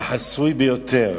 וחסוי ביותר,